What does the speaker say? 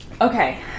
Okay